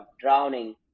drowning